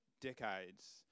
decades